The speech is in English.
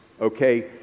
okay